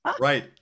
Right